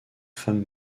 femme